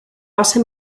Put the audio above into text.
base